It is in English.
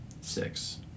Six